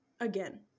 again